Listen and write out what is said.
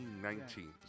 19